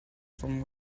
from